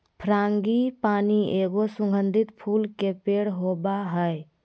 frangipani एगो सुगंधित फूल के पेड़ होबा हइ